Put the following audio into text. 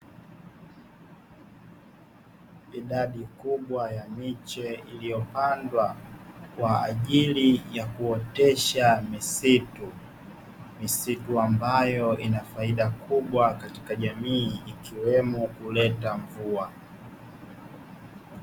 Idadi kubwa ya miche iliyopandwa kwa ajili ya kuotesha misitu; misitu ambayo ina faida kubwa katika jamii ikiwemo kuleta mvua.